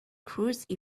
cruised